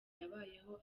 yabayeho